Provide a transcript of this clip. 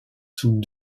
sous